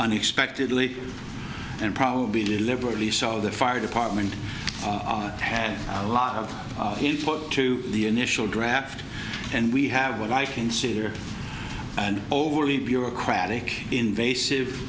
nexpectedly and probably deliberately so the fire department had a lot of input to the initial draft and we have what i consider an overly bureaucratic invasive